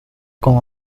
con